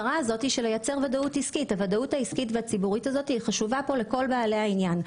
שנייצר ודאות עסקית שחשובה לכל בעלי העניין.